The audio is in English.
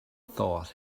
thought